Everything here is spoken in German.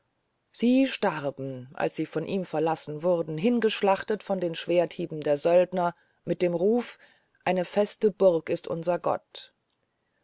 sie starben als sie von ihm verlassen wurden hingeschlachtet von den schwerthieben der söldner mit dem ruf ein feste burg ist unser gott